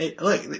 Look